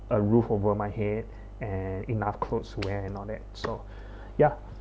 a roof over my head and enough clothes to wear on it so ya